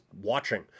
watching